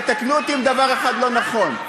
תתקנו אותי אם דבר אחד לא נכון.